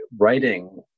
writing